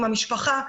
עם המשפחה,